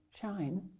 shine